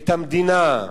את המדינה,